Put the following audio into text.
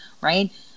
right